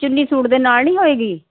ਚੁੰਨੀ ਸੂਟ ਦੇ ਨਾਲ ਨਹੀਂ ਹੋਵੇਗੀ